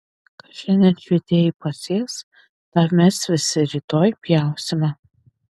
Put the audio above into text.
ką šiandien švietėjai pasės tą mes visi rytoj pjausime